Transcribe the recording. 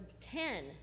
ten